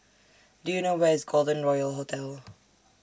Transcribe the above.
Do YOU know Where IS Golden Royal Hotel